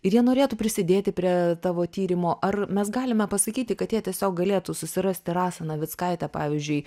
ir jie norėtų prisidėti prie tavo tyrimo ar mes galime pasakyti kad jie tiesiog galėtų susirasti rasą navickaitę pavyzdžiui